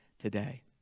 today